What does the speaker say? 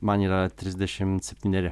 man yra trisdešimt septyneri